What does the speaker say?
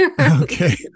Okay